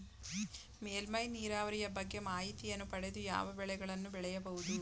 ಮೇಲ್ಮೈ ನೀರಾವರಿಯ ಬಗ್ಗೆ ಮಾಹಿತಿಯನ್ನು ಪಡೆದು ಯಾವ ಬೆಳೆಗಳನ್ನು ಬೆಳೆಯಬಹುದು?